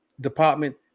department